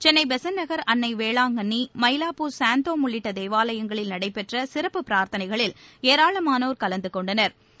சென்னை பெசன்ட் நகர் அன்னை வேளாங்கண்ணி மயிலாப்பூர் சாந்தோம் உள்ளிட்ட தேவாலயங்களில் நடைபெற்ற சிறப்பு பிராா்த்தனைகளில் ஏராளமானோா் கலந்து கொண்டனா்